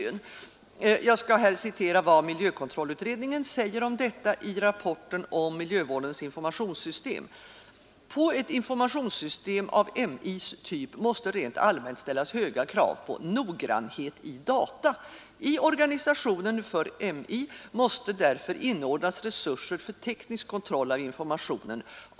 233 Jag skall här citera vad miljökontrollutredningen säger om detta i rapporten om Miljövårdens informationssystem: ”På ett informationssystem av MI:s typ måste rent allmänt ställas höga krav på noggrannhet i data. I organisationen för MI måste därför inordnas resurser för teknisk kontroll av informationen.